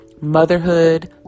motherhood